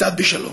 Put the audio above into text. בשלום.